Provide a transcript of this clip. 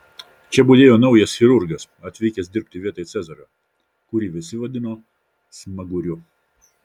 čia budėjo naujas chirurgas atvykęs dirbti vietoj cezario kurį visi vadino smaguriu